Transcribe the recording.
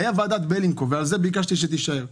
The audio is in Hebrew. הייתה ועדת בלינקוב, ועל זה ביקשתי שתישאר.